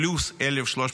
פלוס 1,350